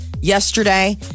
yesterday